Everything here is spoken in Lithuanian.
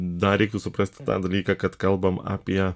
dar reiktų suprasti tą dalyką kad kalbam apie